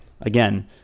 again